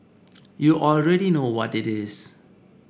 you already know what it is